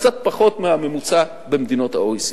קצת פחות מהממוצע במדינות ה-OECD.